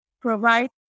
provide